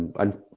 and